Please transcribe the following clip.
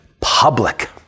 public